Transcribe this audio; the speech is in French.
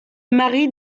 mari